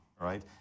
right